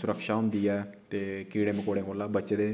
सुरक्षा होंदी ऐ ते कीडे़ मकोड़े कोला बचदे